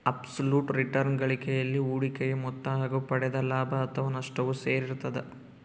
abs ಲುಟ್ return ಗಳಿಕೆಯಲ್ಲಿ ಹೂಡಿಕೆಯ ಮೊತ್ತ ಹಾಗು ಪಡೆದ ಲಾಭ ಅಥಾವ ನಷ್ಟವು ಸೇರಿರ್ತದ